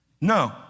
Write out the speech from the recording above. No